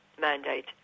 mandate